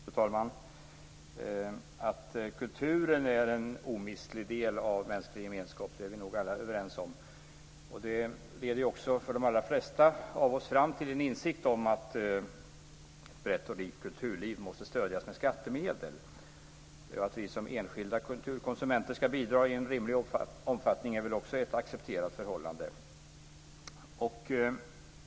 Fru talman! Att kulturen är en omistlig del av mänsklig gemenskap är vi nog alla överens om. Det leder också för de allra flesta av oss fram till en insikt om att ett brett och rikt kulturliv måste stödjas med skattemedel. Att vi som enskilda kulturkonsumenter ska bidra i en rimlig omfattning är väl också ett accepterat förhållande.